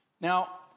Now